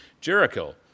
Jericho